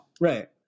right